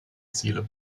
ziele